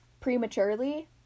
prematurely